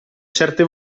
certe